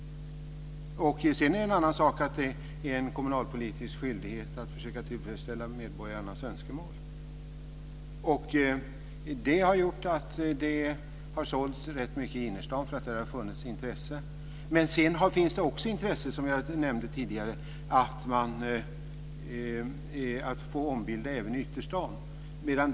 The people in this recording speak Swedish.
Sedan är det en annan sak att det är en kommunalpolitisk skyldighet att försöka tillfredsställa medborgarnas önskemål. Det har gjort att det har sålts mycket i innerstaden. Där har det funnits intresse. Som jag nämnde tidigare finns det intresse av att ombilda även i ytterstaden.